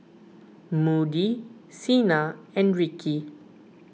Moody Cena and Rikki